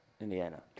Indiana